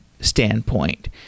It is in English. standpoint